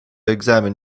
examine